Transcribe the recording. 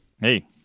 Hey